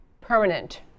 permanent